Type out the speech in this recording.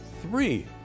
three